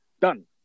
done